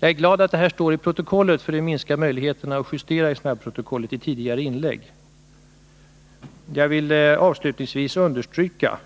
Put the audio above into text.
Jag är glad att detta står i protokollet, för det minskar möjligheterna att justera i snabbprotokollet när det gäller tidigare inlägg. Avslutningsvis vill jag understryka